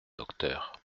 docteur